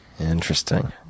Interesting